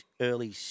early